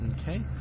okay